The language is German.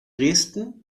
dresden